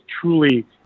truly